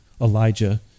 Elijah